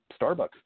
Starbucks